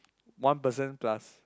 one person plus